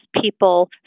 people